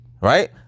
right